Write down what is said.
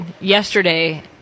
yesterday